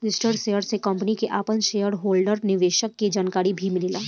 registered share से company के आपन शेयर होल्डर निवेशक के जानकारी भी मिलेला